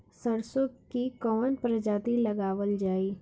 सरसो की कवन प्रजाति लगावल जाई?